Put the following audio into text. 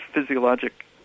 physiologic